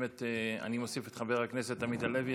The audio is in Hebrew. ואני מוסיף את חבר הכנסת עמית הלוי,